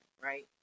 right